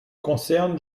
concerne